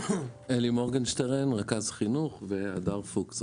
אלי מורגנשטרן רכז חינוך והדר פוקס,